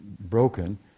broken